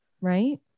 right